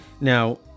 Now